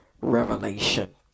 revelation